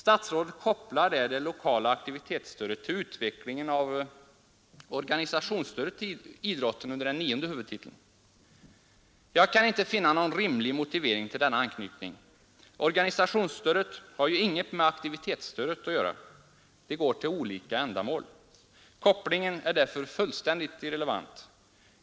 Statsrådet kopplar där det lokala aktivitetsstödet till utvecklingen av organisationsstödet till idrotten under nionde huvudtiteln. Jag kan inte finna någon rimlig motivering till denna anknytning. Organisationsstödet har ju inget med aktivitetsstödet att göra — det går till annat ändamål. Kopplingen är därför fullständigt irrelevant.